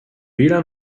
lan